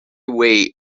weight